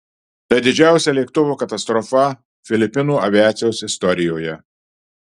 tai didžiausia lėktuvo katastrofa filipinų aviacijos istorijoje